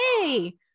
hey